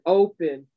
open